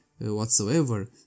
whatsoever